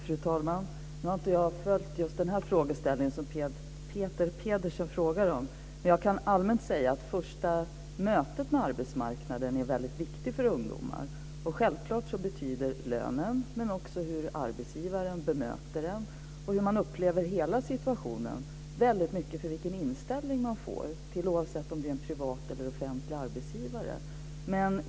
Fru talman! Jag har inte följt just den här frågeställningen som Peter Pedersen frågar om. Men jag kan allmänt säga att det första mötet med arbetsmarknaden är väldigt viktigt för ungdomar. Självfallet betyder lönen, men också hur arbetsgivaren bemöter en och hur man upplever hela situationen, väldigt mycket för vilken inställning man får, oavsett om det är en privat eller en offentlig arbetsgivare.